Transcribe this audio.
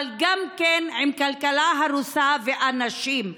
אבל גם כן עם כלכלה הרוסה ואנשים,